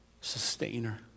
sustainer